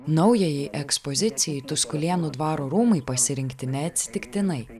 naujajai ekspozicijai tuskulėnų dvaro rūmai pasirinkti neatsitiktinai